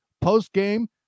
post-game